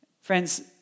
Friends